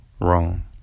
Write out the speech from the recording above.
wrong